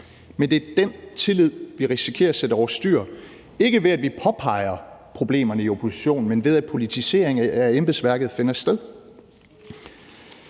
men det er den tillid, vi risikerer at sætte over styr; ikke ved, at vi påpeger problemerne i oppositionen, men ved, at politisering af embedsværket finder sted.